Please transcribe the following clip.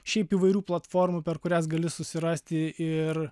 šiaip įvairių platformų per kurias gali susirasti ir